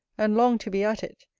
and long to be at it,